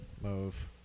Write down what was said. move